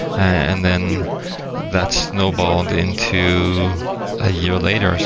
and then that snowballed into a year later,